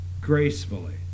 gracefully